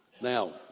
Now